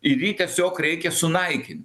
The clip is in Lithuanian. ir jį tiesiog reikia sunaikint